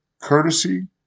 Courtesy